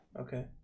Okay